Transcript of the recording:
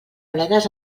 bledes